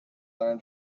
learn